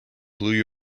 blue